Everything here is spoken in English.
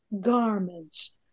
garments